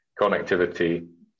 Connectivity